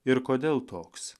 ir kodėl toks